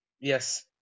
Yes